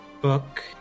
book